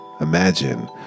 Imagine